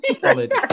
Solid